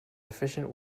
efficient